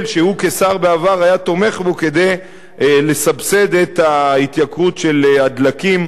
שהוא כשר בעבר היה תומך בו כדי לסבסד את ההתייקרות של הדלקים,